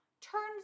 Turns